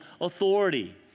authority